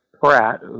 Pratt